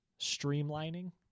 streamlining